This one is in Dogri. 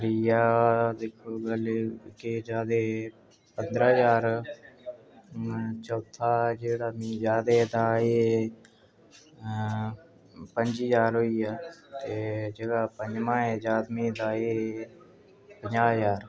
त्रीया दिक्खो जेह्का पैह्लें पंदरां ज्हार चौथा जेह्ड़ा जैदा ते एह् पं'जी ज्हार होई गेआ ते जेह्ड़ा पंजमां ऐ पंजाह् ज्हार